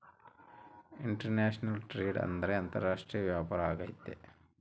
international trade ಅಂದ್ರೆ ಅಂತಾರಾಷ್ಟ್ರೀಯ ವ್ಯಾಪಾರ ಆಗೈತೆ